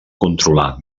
controlar